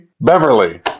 Beverly